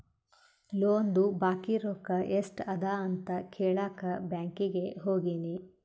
ಲೋನ್ದು ಬಾಕಿ ರೊಕ್ಕಾ ಎಸ್ಟ್ ಅದ ಅಂತ ಕೆಳಾಕ್ ಬ್ಯಾಂಕೀಗಿ ಹೋಗಿನಿ